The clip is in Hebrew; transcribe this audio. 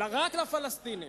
רק לפלסטינים.